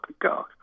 god